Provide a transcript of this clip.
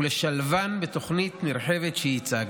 ולשלבן בתוכנית נרחבת שהצגנו.